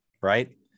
right